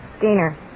Gainer